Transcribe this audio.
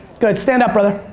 good. stand up, brother.